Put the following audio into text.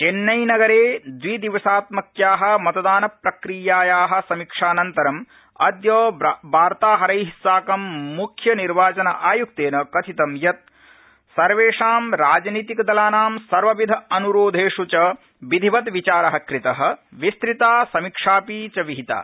चर्स्क्रिप्रान्ते द्विदिवसात्मक्या मतदानप्रक्रियाया समीक्षानन्तरं अद्य वार्ताहरा साकम मुख्य निर्वाचन आयुक्तेन कथित यत् सर्वेषा राजनीतिकदलानां सर्वविध अन्रोधेष च विधिवत विचार कृत विस्तृता समीक्षापि च विहिता